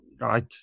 right